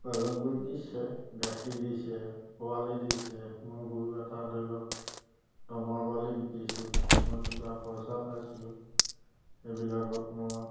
উপাৰ্জন কৰি দিছে গাখীৰ দিছে পোৱালি দিছে মই গৰু এটা ধৰি লওক দমৰা পোৱালি বিকিছোঁ মই কিবা পইচা পাইছোঁ সেইবিলাকত মই